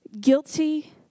guilty